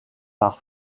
par